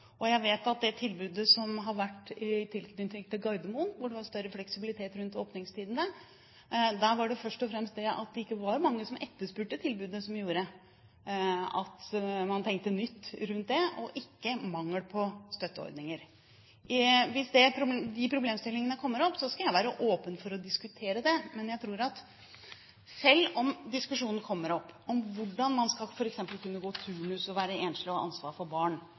Jeg vet at når det gjelder det tilbudet som var i tilknytning til Gardermoen, hvor det var større fleksibilitet rundt åpningstidene, var det først og fremst at det ikke var mange som etterspurte tilbudet, som gjorde at man tenkte nytt rundt det, og ikke mangel på støtteordninger. Hvis de problemstillingene kommer opp, skal jeg være åpen for å diskutere det. Men jeg tror at selv om diskusjonen kommer opp om hvordan man f.eks. skal kunne gå turnus og være enslig med ansvar for barn